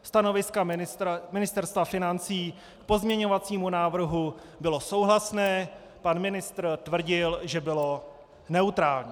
Stanovisko Ministerstva financí k pozměňovacímu návrhu bylo souhlasné, pan ministr tvrdil, že bylo neutrální.